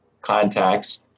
contacts